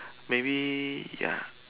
maybe ya